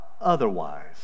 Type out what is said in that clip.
otherwise